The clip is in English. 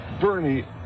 Bernie